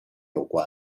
有关